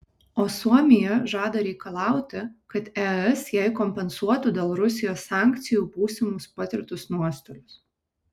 o suomija žada reikalauti kad es jai kompensuotų dėl rusijos sankcijų būsimus patirtus nuostolius